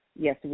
Yes